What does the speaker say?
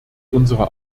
unsere